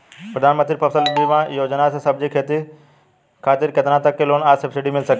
प्रधानमंत्री फसल बीमा योजना से सब्जी के खेती खातिर केतना तक के लोन आ सब्सिडी मिल सकेला?